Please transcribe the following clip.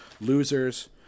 Losers